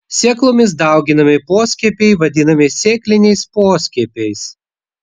sėklomis dauginami poskiepiai vadinami sėkliniais poskiepiais